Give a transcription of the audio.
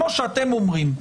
כמו שאתם אומרים,